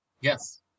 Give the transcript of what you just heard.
Yes